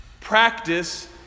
practice